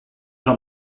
jean